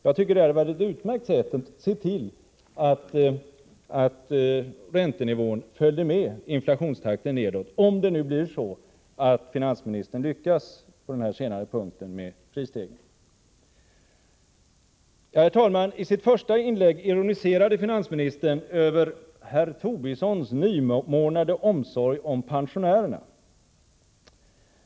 Jag tycker att det hade varit ett utmärkt sätt att se till att räntenivån följde med inflationstakten nedåt — om det nu blir så att finansministern lyckas begränsa prisstegringarna. Herr talman! I sitt första inlägg efter interpellationssvaret ironiserade finansministern över ”herr Tobissons nymornade omsorg om pensionärerna”.